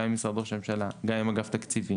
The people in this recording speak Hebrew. גם עם משרד ראש הממשלה וגם עם אגף תקציבים.